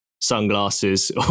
sunglasses